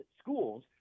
Schools